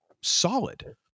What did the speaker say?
solid